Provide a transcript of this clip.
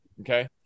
Okay